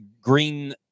green